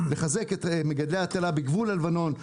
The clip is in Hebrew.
לחזק את מגדלי ההטלה בגבול הלבנון,